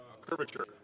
Curvature